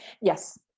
Yes